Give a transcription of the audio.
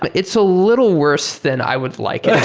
but it's a little worse than i would like it